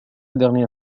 dernière